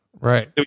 Right